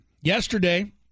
Yesterday